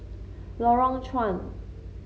Lorong Chuan